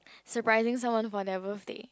surprising someone for their birthday